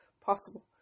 possible